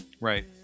Right